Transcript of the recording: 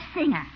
singer